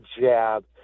jab